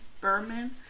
Berman